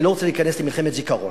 אני לא רוצה להיכנס למלחמת זיכרון,